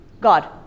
God